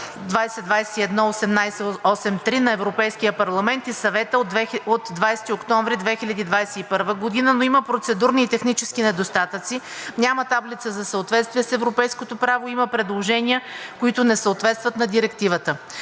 2021/1883 на Европейския парламент и на Съвета от 20 октомври 2021г., но има процедурни и технически недостатъци, няма таблица за съответствие с европейското право, има предложения, които не съответстват на Директивата.